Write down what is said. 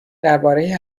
درباره